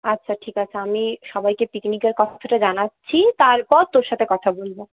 আচ্ছা ঠিক আছে আমি সবাইকে পিকনিকের কথাটা জানাচ্ছি তারপর তোর সাথে কথা বলবো